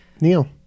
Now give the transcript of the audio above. Neil